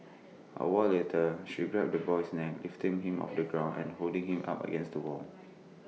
A while later she grabbed the boy's neck lifting him off the ground and holding him up against the wall